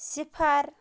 صفر